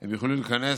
הם יוכלו להיכנס